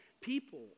people